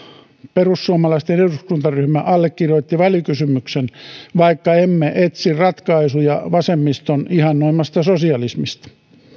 perussuomalaisten eduskuntaryhmä allekirjoitti välikysymyksen vaikka emme etsi ratkaisuja vasemmiston ihannoimasta sosialismista